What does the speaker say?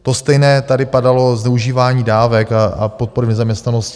To stejné tady padalo zneužívání dávek a podpor v nezaměstnanosti.